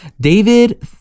David